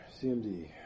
CMD